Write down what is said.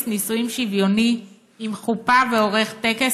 נישואים שוויוני עם חופה ועורך טקס,